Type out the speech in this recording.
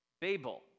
Babel